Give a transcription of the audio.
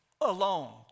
alone